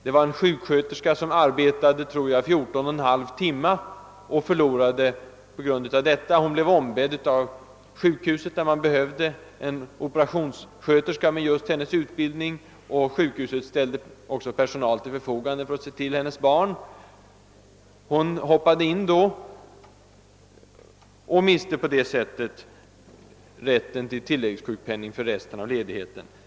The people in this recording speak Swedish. En sjuksköterska som arbetade i jag tror det var 14!/2 timme — hon blev ombedd av ett sjukhus där man behövde en operationssköterska med just hennes utbildning och sjukhuset ställde personal till förfogande för att se till hennes barn — förlorade rätten till tilläggssjukpenning för resten av ledigheten.